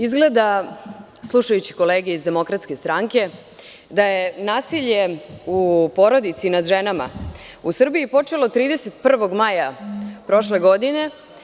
Izgleda slušajući kolege iz DS da je nasilje u porodici nad ženama u Srbiji počelo 31. maja prošle godine.